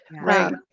Right